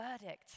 Verdict